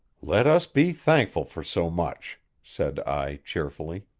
let us be thankful for so much, said i cheerfully.